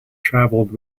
travelled